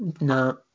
No